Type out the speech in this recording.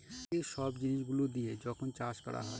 প্রাকৃতিক সব জিনিস গুলো দিয়া যখন চাষ করা হয়